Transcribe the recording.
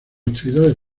actividades